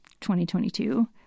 2022